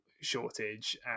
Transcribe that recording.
shortage